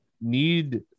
need